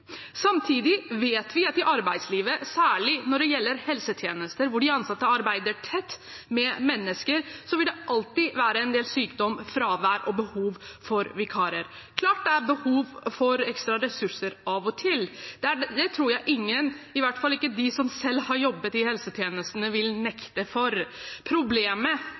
Samtidig vet vi at i arbeidslivet, særlig når det gjelder helsetjenester hvor de ansatte arbeider tett med mennesker, vil det alltid være en del sykdom, fravær og behov for vikarer. Klart det er behov for ekstraressurser av og til. Det tror jeg ingen, i hvert fall ikke de som selv har jobbet i helsetjenestene, vil nekte for. Problemet